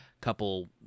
couple